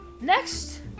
Next